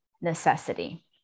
necessity